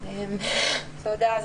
תודה.